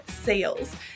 sales